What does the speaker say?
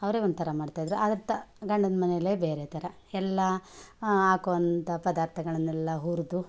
ಅವರೇ ಒಂಥರ ಮಾಡ್ತಾಯಿದ್ದರು ಆದರೆ ತ ಗಂಡನ ಮನೆಯಲ್ಲೇ ಬೇರೆ ಥರ ಎಲ್ಲ ಹಾಕುವಂಥ ಪದಾರ್ಥಗಳನ್ನೆಲ್ಲ ಹುರಿದು